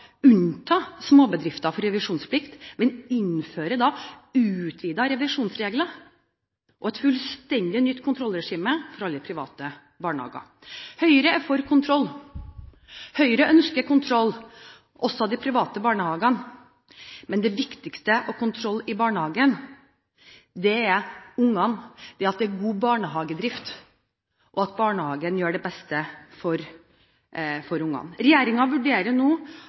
unnta småbedrifter for revisjonsplikt, men innfører utvidede revisjonsregler og et fullstendig nytt kontrollregime for alle private barnehager. Høyre er for kontroll. Høyre ønsker kontroll, også av de private barnehagene. Men det viktigste å kontrollere i barnehagen er ungene, at det er god barnehagedrift, og at barnehagen gjør det beste for ungene. Regjeringen vurderer nå